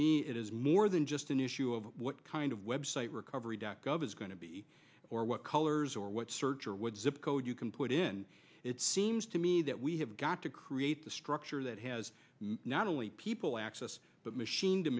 it is more than just an issue of what kind of web site recovery dot gov is going to be or what colors or what search or would zip code you can put in it seems to me that we have got to create the structure that has not only people access but machine to